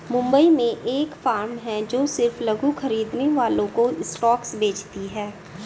मुंबई में एक फार्म है जो सिर्फ लघु खरीदने वालों को स्टॉक्स बेचती है